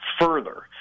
further